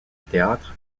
théâtre